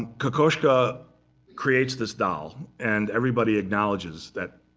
kokoschka creates this doll. and everybody acknowledges that